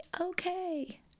okay